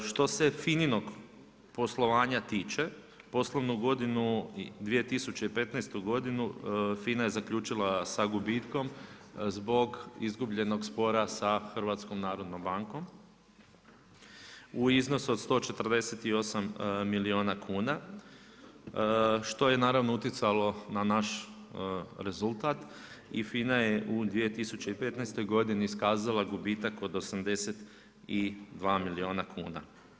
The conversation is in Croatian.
Što se FINA-inog poslovanja tiče, poslovnu godinu, 2015. godinu, FINA je zaključila sa gubitkom zbog izgubljenog spora sa HNB u iznosu od 148 milijuna kuna, što je naravno utjecalo na naš rezultat i FINA je u 2015. godini iskazala gubitak od 82 milijuna kuna.